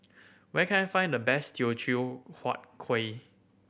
where can I find the best Teochew Huat Kuih